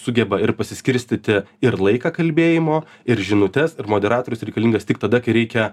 sugeba ir pasiskirstyti ir laiką kalbėjimo ir žinutes ir moderatorius reikalingas tik tada kai reikia